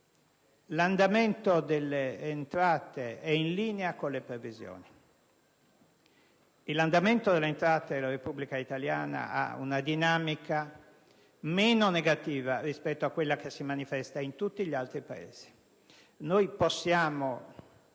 L'andamento delle entrate è in linea con le previsioni. E l'andamento delle entrate della Repubblica italiana ha una dinamica meno negativa rispetto a quella che si manifesta in tutti gli altri Paesi. Noi possiamo